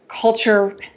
culture